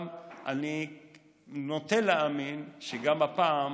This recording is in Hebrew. אני נוטה להאמין שגם הפעם